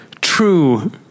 true